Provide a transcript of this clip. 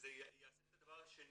וזה יעשה את הדבר שאנשים